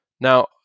Now